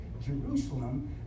Jerusalem